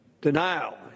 Denial